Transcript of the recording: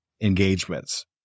engagements